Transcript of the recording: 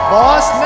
Boss